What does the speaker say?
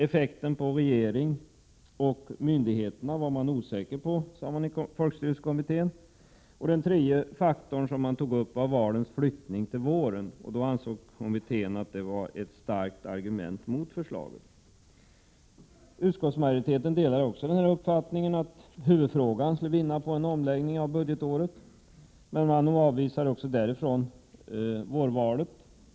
Effekten på regering och myndigheter var man osäker på, sade man i folkstyrelsekommittén. Den tredje faktor som man tog upp var valens flyttning till våren. Den flyttningen ansåg kommittén var ett starkt argument mot förslaget. Utskottsmajoriteten delar uppfattningen att huvudfrågan skulle vinna på en omläggning av budgetåret. Men man avvisar vårvalet.